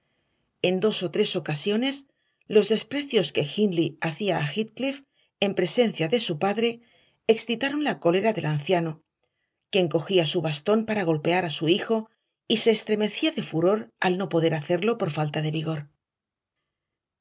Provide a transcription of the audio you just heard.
en dos o tres ocasiones los desprecios que hindley hacía a heathcliff en presencia de su padre excitaron la cólera del anciano quien cogía su bastón para golpear a su hijo y se estremecía de furor al no poder hacerlo por falta de vigor